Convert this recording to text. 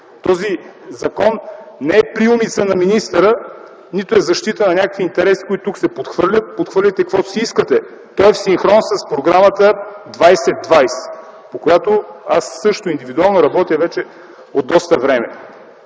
Този закон не е приумица на министъра, нито е защита на някакви интереси, което тук се подхвърля – подхвърляйте, каквото си искате. То е в синхрон с Програмата 2020, по която аз също индивидуално работя вече от доста време.